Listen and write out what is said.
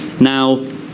Now